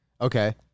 Okay